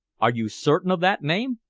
are you certain of that name?